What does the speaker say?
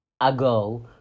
ago